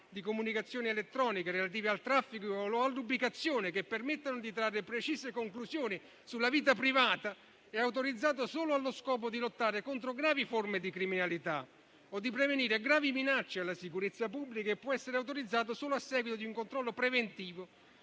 di comunicazioni elettroniche relative al traffico o all'ubicazione, che permettono di trarre precise conclusioni sulla vita privata, è autorizzato solo allo scopo di lottare contro gravi forme di criminalità o di prevenire gravi minacce alla sicurezza pubblica e può essere autorizzato solo a seguito di un controllo preventivo